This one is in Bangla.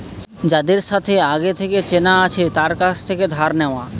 যাদের সাথে আগে থেকে চেনা আছে তার কাছ থেকে ধার নেওয়া